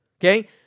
Okay